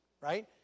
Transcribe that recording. Right